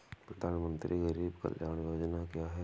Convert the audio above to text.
प्रधानमंत्री गरीब कल्याण योजना क्या है?